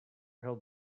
held